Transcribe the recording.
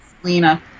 Selena